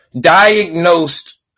diagnosed